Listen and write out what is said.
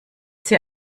sie